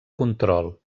control